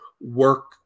work